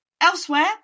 Elsewhere